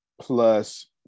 plus